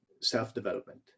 self-development